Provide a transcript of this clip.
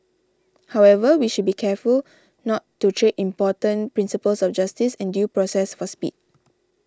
however we should be careful not to trade important principles of justice and due process for speed